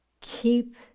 keep